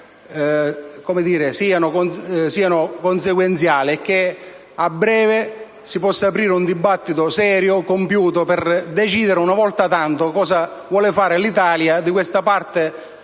siano consequenziali e che, a breve, si possa aprire un dibattito serio e compiuto per decidere una buona volta cosa vuol fare l'Italia di questa parte del